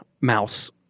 Mouse